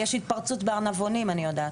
יש התפרצות בארנבונים אני יודעת.